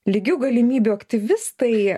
lygių galimybių aktyvistai